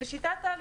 בשיטת העלות.